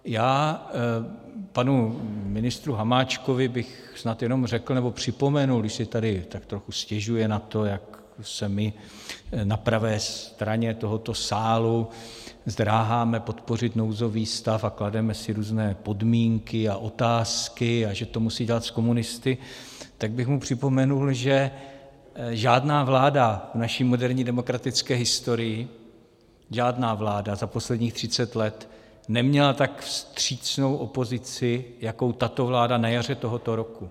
Já bych panu ministru Hamáčkovi snad jenom řekl, nebo připomenul, když si tady tak trochu stěžuje na to, jak se my na pravé straně tohoto sálu zdráháme podpořit nouzový stav a klademe si různé podmínky a otázky, a že to musí dělat s komunisty, tak bych mu připomenul, že žádná vláda v naší moderní demokratické historii, žádná vláda za posledních 30 let neměla tak vstřícnou opozici, jakou tato vláda na jaře tohoto roku.